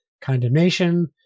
condemnation